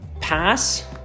pass